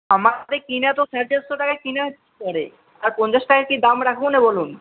আমার পড়ে কেনা তো সাড়ে চারশো টাকায় কেনা পড়ে আর পঞ্চাশ টাকা কি দাম রাখব না বলুন